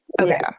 Okay